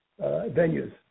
venues